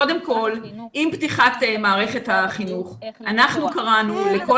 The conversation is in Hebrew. קודם כל עם פתיחת מערכת החינוך אנחנו קראנו לכל